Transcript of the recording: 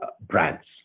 brands